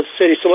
City